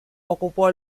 ocupó